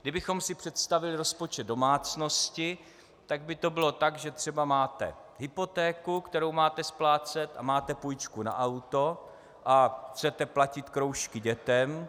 Kdybychom si představili rozpočet domácnosti, tak by to bylo tak, že třeba máte hypotéku, kterou máte splácet, a máte půjčku na auto a chcete platit kroužky dětem.